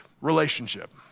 relationship